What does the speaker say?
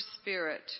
spirit